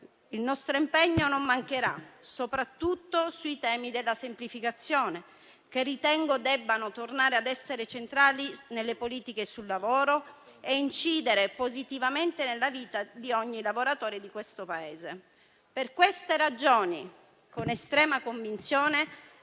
Il nostro impegno non mancherà, soprattutto sui temi della semplificazione, che ritengo debbano tornare a essere centrali nelle politiche sul lavoro e incidere positivamente nella vita di ogni lavoratore di questo Paese. Per queste ragioni, con estrema convinzione